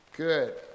Good